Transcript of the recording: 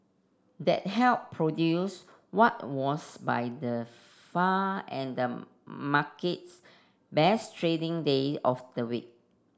that helped produce what was by the far and the market's best trading day of the week